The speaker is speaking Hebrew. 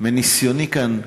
מניסיוני כאן,